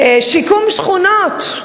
שיקום שכונות,